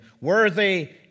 worthy